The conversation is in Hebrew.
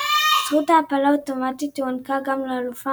זכות ההעפלה האוטומטית הוענקה גם לאלופה